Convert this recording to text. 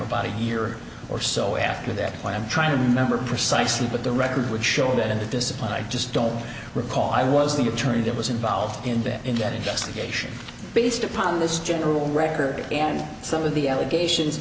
body year or so after that point i'm trying to remember precisely but the record would show that in the discipline i just don't recall i was the attorney that was involved in back in that investigation based upon this general record and some of the allegations